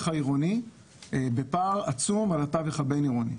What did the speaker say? העירוני בפער עצום על התווך הבין-עירוני.